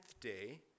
day